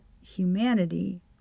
humanity